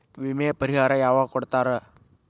ವಿಮೆ ಪರಿಹಾರ ಯಾವಾಗ್ ಕೊಡ್ತಾರ?